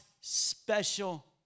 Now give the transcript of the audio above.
special